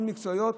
מאוד מקצועיות,